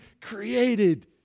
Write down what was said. created